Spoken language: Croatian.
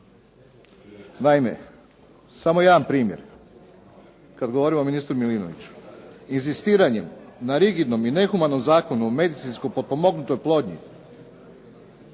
Naime, samo jedan primjer kada govorimo o ministru MIlinoviću inzistiranjem na rigidnom i nehumanom Zakonu o medicinsko potpomognutoj oplodnji,